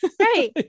Right